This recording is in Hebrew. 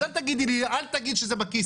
אז אל תגידי לי 'אל תגיד שזה בכיס'.